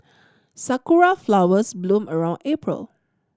sakura flowers bloom around April